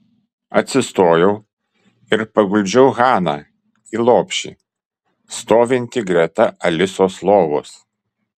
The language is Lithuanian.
atsistojau ir paguldžiau haną į lopšį stovintį greta alisos lovos